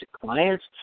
clients